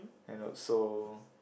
and also